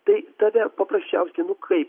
tai tada paprasčiausiai nu kai